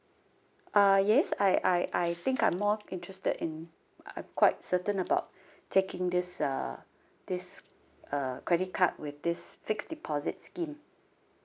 uh yes I I I think I'm more interested in uh quite certain about taking this uh this uh credit card with this fixed deposit scheme